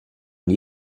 gli